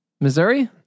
Missouri